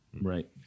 Right